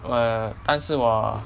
err 但是我